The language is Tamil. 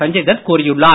சஞ்சய் தத் கூறியுள்ளார்